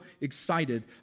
excited